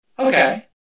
Okay